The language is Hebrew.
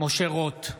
משה רוט,